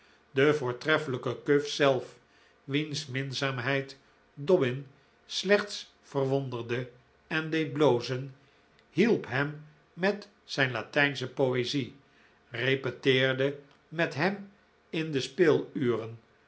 de voortreffelijke cuff zelf wiens minzaamheid dobbin slechts verwonderde en deed blozen hielp hem met zijn latijnsche poezie repeteerde met hem in de